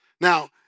Now